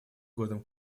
годом